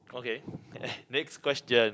okay next question